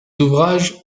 ouvrages